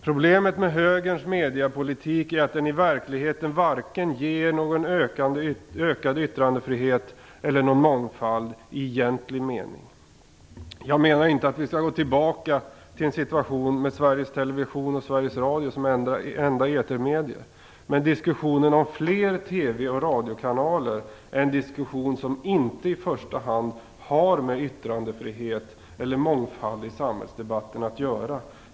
Problemet med högerns mediepolitik är att den i verkligheten varken ger någon ökad yttrandefrihet eller mångfald i egentlig mening. Jag menar inte att vi skall gå tillbaka till en situation med Sveriges Television och Sveriges Radio som enda etermedier. Men diskussionen om fler TV och radiokanaler är en diskussion som inte i första hand har med yttrandefrihet eller mångfald i samhällsdebatten att göra.